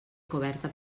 coberta